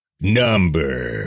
Number